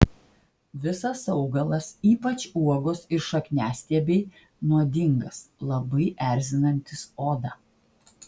visas augalas ypač uogos ir šakniastiebiai nuodingas labai erzinantis odą